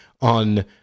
on